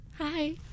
Hi